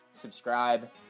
subscribe